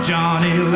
Johnny